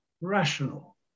rational